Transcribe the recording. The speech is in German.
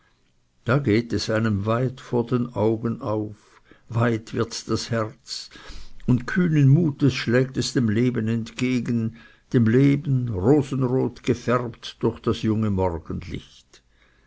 da geht es einem weit vor den augen auf weit wird das herz und kühnen mutes schlägt es dem leben entgegen dem leben rosenrot gefärbt durch das junge morgenlicht